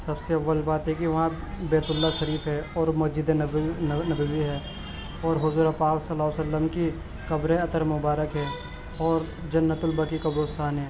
سب سے اول بات ہے کہ وہاں بیت اللہ شریف ہے اور مسجد نبوی ہے اور حضور پاک صلی اللہ علیہ و سلم کی قبر اطہر مبارک ہے اور جنت البقیع قبرستان ہے